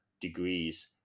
degrees